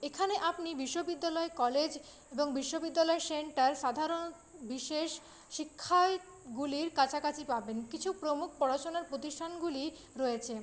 এখানে আপনি বিশ্ববিদ্যালয় কলেজ এবং বিশ্ববিদ্যালয়ের সেন্টার সাধারণ বিশেষ শিক্ষাগুলি কাছাকাছি পাবেন কিছু প্রমুখ পড়াশোনার প্রতিষ্ঠানগুলি রয়েছে